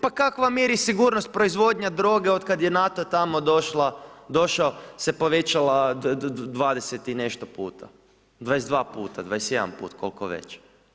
Pa kakva mir i sigurnost, proizvodnja droge otkad je NATO tamo došao se povećala 20 i nešto puta, 22 puta, 21 puta, kolko već.